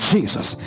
Jesus